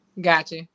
gotcha